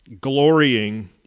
glorying